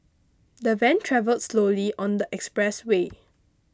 the van travelled slowly on the expressway